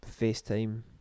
FaceTime